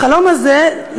החלום הזה,